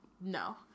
no